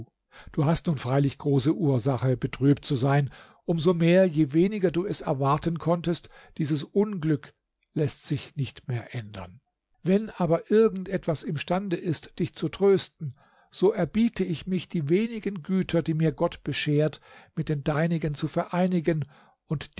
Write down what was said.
du hast nun freilich große ursache betrübt zu sein um so mehr je weniger du es erwarten konntest dieses unglück läßt sich nicht mehr ändern wenn aber irgend etwas imstande ist dich zu trösten so erbiete ich mich die wenigen güter die mir gott beschert mit den deinigen zu vereinigen und